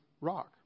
rock